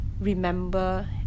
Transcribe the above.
remember